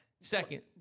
Second